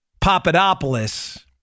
Papadopoulos